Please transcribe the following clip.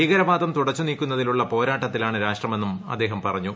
ഭീകരവാദം തുടച്ചു നീക്കുന്നതിലുള്ള പോരാട്ടത്തിലാണ് രാഷ്ട്രമെന്നും അദ്ദേഹം പറഞ്ഞു